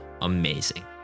amazing